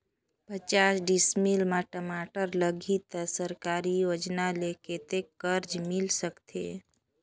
पचास डिसमिल मा टमाटर लगही त सरकारी योजना ले कतेक कर्जा मिल सकथे?